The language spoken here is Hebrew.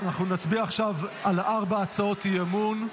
נצביע עכשיו על ארבע הצעות אי-אמון.